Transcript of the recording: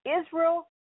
Israel